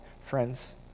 friends